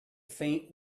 faint